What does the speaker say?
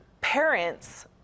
parents